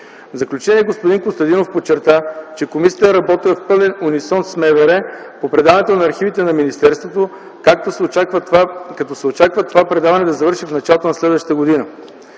заключение господин Костадинов подчерта, че комисията е работила в пълен унисон с МВР по предаването на архивите на министерството, като се очаква това предаване да завърши в началото на следващата година.